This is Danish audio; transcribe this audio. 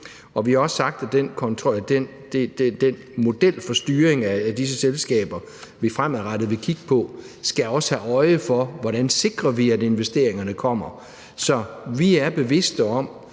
Og vi har også sagt, at den model for styring af disse selskaber, vi fremadrettet vil kigge på, også skal have øje for, hvordan vi sikrer, at investeringerne kommer. Så vi er bevidste om,